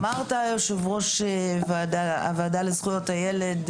אמרת יושב-ראש הוועדה לזכויות הילד,